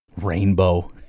Rainbow